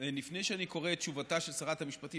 לפני שאני קורא את תשובתה של שרת המשפטים,